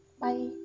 Bye